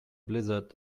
blizzard